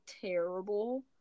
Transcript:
terrible